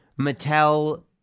Mattel